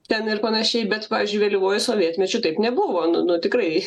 ten ir panašiai bet pavyzdžiui vėlyvuoju sovietmečiu taip nebuvo nu nu tikrai